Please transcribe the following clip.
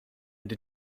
did